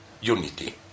unity